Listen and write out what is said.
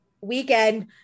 weekend